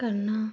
ਕਰਨਾ